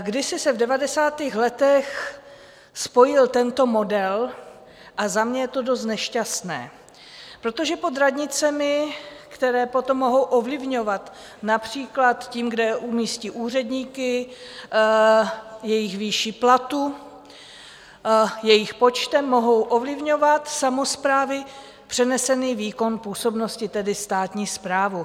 Kdysi se v devadesátých letech spojil tento model a za mě je to dost nešťastné, protože pod radnicemi, které potom mohou ovlivňovat, například tím, kde umístí úředníky, výši jejich platu, jejich počtem, mohou ovlivňovat samosprávy, přenesený výkon působnosti, tedy státní správu.